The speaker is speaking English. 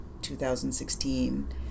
2016